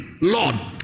Lord